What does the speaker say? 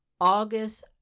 August